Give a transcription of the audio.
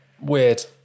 Weird